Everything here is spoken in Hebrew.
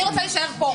אני רוצה להישאר כאן.